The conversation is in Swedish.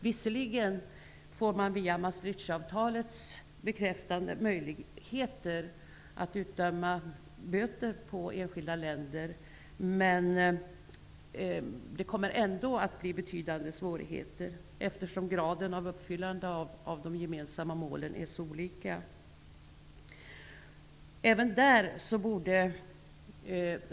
Visserligen får man genom Maastrichtavtalet möjligheter att utdöma böter från enskilda länder, men det kommer ändå att bli betydande svårigheter, eftersom de gemensamma målen uppfylls i så skiftande grad.